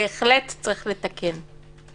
בהחלט צריך לתקן.